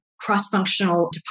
cross-functional